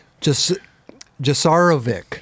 Jasarovic